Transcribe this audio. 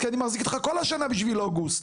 כי אני מחזיק אותך כל השנה בשביל אוגוסט,